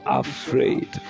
afraid